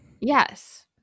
Yes